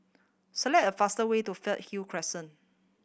select a faster way to Fernhill Crescent